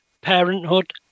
parenthood